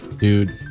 Dude